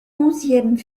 onzième